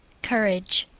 courage.